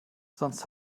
sonst